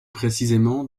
précisément